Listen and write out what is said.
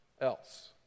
else